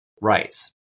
rights